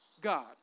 God